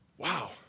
Wow